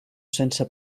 sense